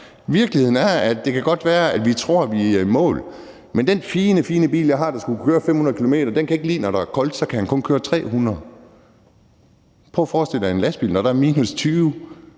Virkeligheden er, at det godt kan være, at vi tror, vi er i mål, men den fine, fine bil, jeg har, der skal kunne køre 500 km på en opladning, kan ikke lide det, når det er koldt – så kan den kun køre 300 km. Prøv at forestille jer en lastbil, når det er minus 20